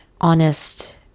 honest